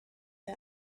the